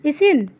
ᱤᱥᱤᱱ